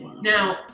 now